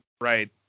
Right